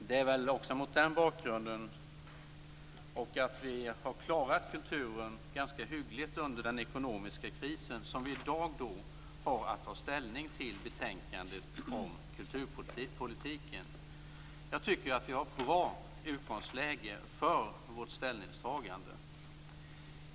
Det är mot den bakgrunden och att vi har klarat kulturen ganska hyggligt under den ekonomiska krisen som vi i dag har att ta ställning till betänkandet om kulturpolitiken. Jag tycker att vi har ett bra utgångsläge för vårt ställningstagande.